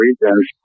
reasons